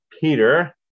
Peter